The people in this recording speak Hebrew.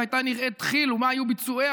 איך הייתה נראית כי"ל ומה היו ביצועיה